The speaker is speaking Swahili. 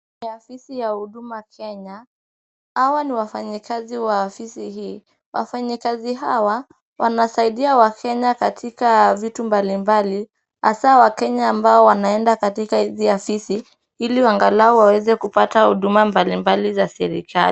Ofisi ya huduma Kenya, hawa ni wafanyekazi wa ofisi hii, wafanyakazi hawa wanasaidia wakenya katika vitu mbalimbali hasa wakenya ambao wanaenda katika hinzi ya ofisi ili angalau waweze kupata huduma mbalimbali za serikali.